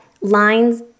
lines